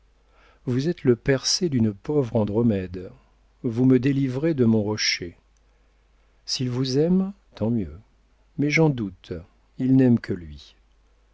vous êtes le persée d'une pauvre andromède vous me délivrez de mon rocher s'il vous aime tant mieux mais j'en doute il n'aime que lui